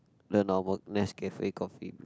the normal Nescafe coffee